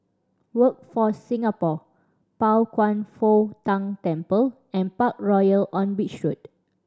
Workforce Singapore Pao Kwan Foh Tang Temple and Parkroyal on Beach Road